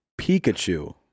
Pikachu